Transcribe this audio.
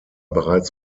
bereits